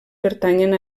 pertanyen